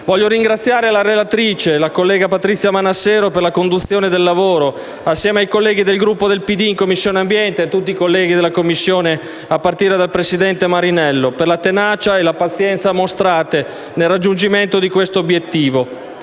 Voglio ringraziare la relatrice, la collega Patrizia Manassero, per la conduzione del lavoro, assieme ai colleghi del Gruppo PD in Commissione ambiente e a tutti i colleghi della Commissione, a partire dal presidente Marinello, per la tenacia e la pazienza mostrate nel raggiungimento di questo obiettivo,